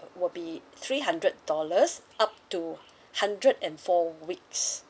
uh will be three hundred dollars up to hundred and four weeks